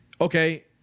okay